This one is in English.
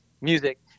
music